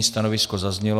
Stanovisko zaznělo.